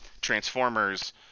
Transformers